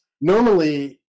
Normally